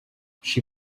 she